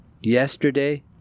yesterday